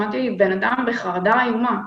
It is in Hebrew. שמעתי בן אדם בחרדה איומה.